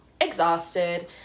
exhausted